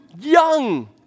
young